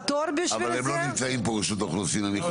אבל הם לא נמצאים פה רשות האוכלוסין אני חושב.